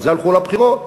על זה הלכו לבחירות.